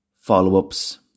follow-ups